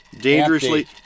dangerously